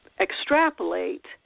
extrapolate